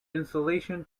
insulation